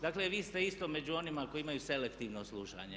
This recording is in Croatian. Dakle, vi ste isto među onima koji imaju selektivno slušanje.